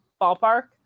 ballpark